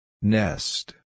Nest